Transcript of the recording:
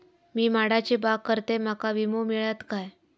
मी माडाची बाग करतंय माका विमो मिळात काय?